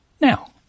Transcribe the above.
now